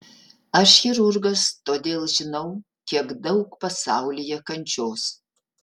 aš chirurgas todėl žinau kiek daug pasaulyje kančios